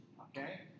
okay